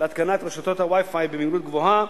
להתקנת רשתות ה-Wi-Fi במהירות גבוהה,